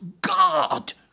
God